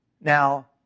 Now